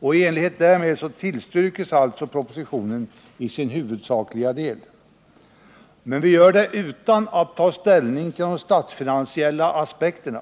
I enlighet därmed tillstyrker utskottet alltså propositionen i dess huvudsakliga del. Men vi gör det utan att ta ställning till de statsfinansiella aspekterna.